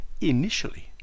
initially